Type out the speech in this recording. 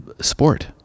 sport